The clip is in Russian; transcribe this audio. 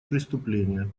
преступления